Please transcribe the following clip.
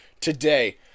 today